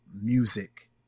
music